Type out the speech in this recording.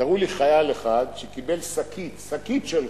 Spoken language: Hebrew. תראו לי חייל אחד שקיבל שקית של חול.